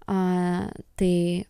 a tai